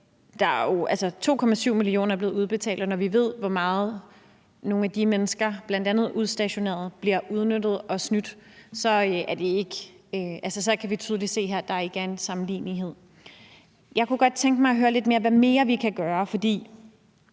2,7 mio. kr., og når vi ved, hvor meget nogle af de mennesker, bl.a. de udstationerede, bliver udnyttet og snydt, så kan vi tydeligt se her, at der ikke er en sammenlignelighed. Jeg kunne godt tænke mig at høre lidt om, hvad vi kan gøre mere.